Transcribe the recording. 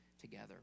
together